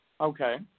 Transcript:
Okay